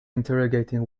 interrogating